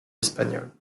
espagnole